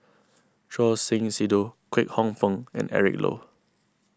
Choor Singh Sidhu Kwek Hong Png and Eric Low